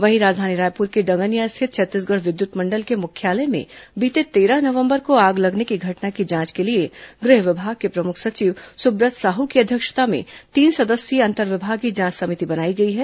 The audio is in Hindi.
वहीं राजधानी रायपुर के डंगनिया स्थित छत्तीसगढ़ विद्युत मण्डल के मुख्यालय में बीते तेरह नवंबर को आग लगने की घटना की जांच के लिए गृह विभाग के प्रमुख सचिव सुब्रत साहू की अध्यक्षता में तीन सदस्थीय अंतर्विभागीय जांच समिति बनाई गई है